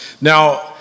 Now